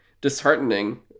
disheartening